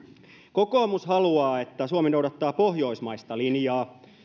kokoomus haluaa että suomi noudattaa pohjoismaista linjaa